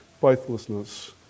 faithlessness